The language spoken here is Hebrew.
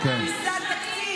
ביזת תקציב,